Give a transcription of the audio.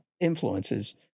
influences